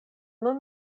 nun